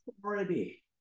authority